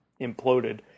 imploded